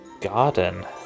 garden